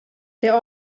der